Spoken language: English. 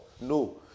No